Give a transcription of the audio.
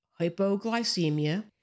hypoglycemia